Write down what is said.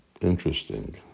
interesting